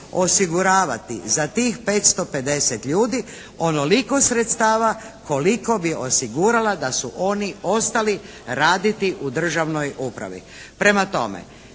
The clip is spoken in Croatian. osiguravati za tih 550 ljudi onoliko sredstava koliko bi osigurala da su oni ostali raditi u državnoj upravi. Prema tome,